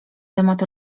temat